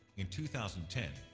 in two thousand and ten,